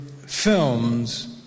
films